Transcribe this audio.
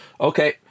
Okay